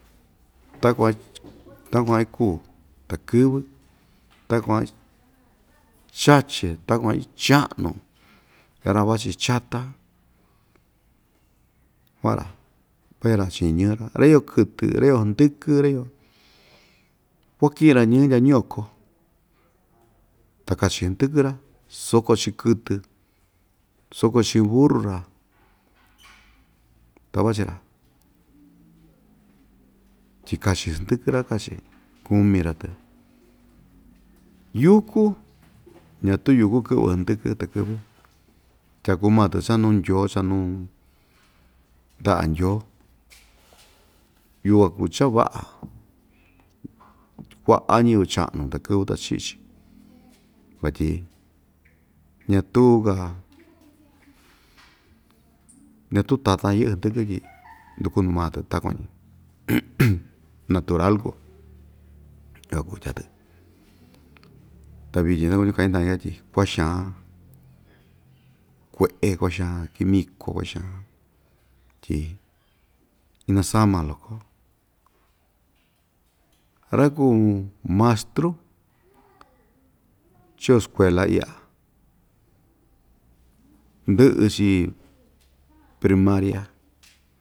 Takuan takuan ikuu takɨ́vɨ́ takuan ichachi‑yo takuan ichaꞌnu ra‑vachi chata kuaꞌa‑ra tɨɨ‑ra chiꞌin ñii‑ra ra iyo kɨtɨ ra iyo hndɨkɨ ra iyo kuakiꞌi‑ra ñii ndya ñiyoko ta kachi hndɨkɨ‑ra soko chiꞌin kɨtɨ soko chiꞌin buru‑ra ta vachi‑ra tyi kachi‑ra hndɨkɨ‑ra kachi kumi‑ra tɨ yuku ñatuu yuku kɨꞌvɨ hndɨkɨ takɨvɨ tyaku maa‑tɨ cha nuu ndyoo cha nuu ndaꞌa ndyoo yukuan kuu cha vaꞌa kuaꞌa ñiyɨvɨ chaꞌñu takɨ́vɨ́ ta ichiꞌi‑chi vatyi ñatuka ñatuu tatan yɨꞌɨ hndɨkɨ tyi ndukunu maa‑tɨ natural kuu yukuan kuu ta vityin takuñu kaꞌin ndañika tyi kuaxan kueꞌe kuaxan quimico kuaxan nasama loko ra kuu mastyu chuveꞌe skuela iꞌya ndɨꞌɨ‑chi primaria.